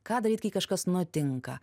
ką daryt kai kažkas nutinka